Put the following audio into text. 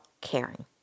caring